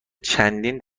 چندین